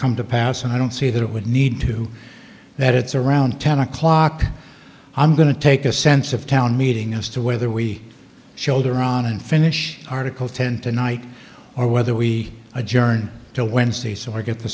come to pass and i don't see that it would need to that it's around ten o'clock i'm going to take a sense of town meeting as to whether we chilled around and finish article ten tonight or whether we adjourn to wednesdays or get the